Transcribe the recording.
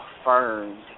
affirmed